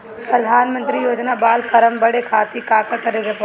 प्रधानमंत्री योजना बाला फर्म बड़े खाति का का करे के पड़ी?